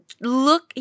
Look